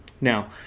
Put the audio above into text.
Now